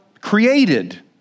created